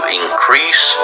increase